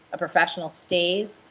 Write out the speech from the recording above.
a professional stays,